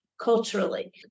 Culturally